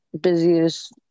busiest